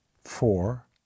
four